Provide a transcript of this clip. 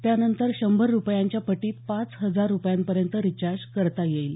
त्यानंतर शंभर रुपयांच्या पटीत पाच हजार रुपयांपर्यंत रिचार्ज करता येईल